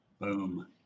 Boom